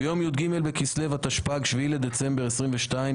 ביום י"ג בכסלו התשפ"ג 7 בדצמבר 2022,